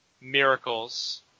Miracles